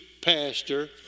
pastor